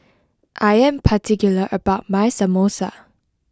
I am particular about my Samosa